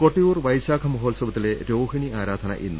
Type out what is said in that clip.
കൊട്ടിയൂർ വൈശാഖ മഹോത്സവത്തിലെ രോഹിണി ആരാധന ഇന്ന്